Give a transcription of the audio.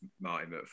Martin